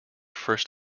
first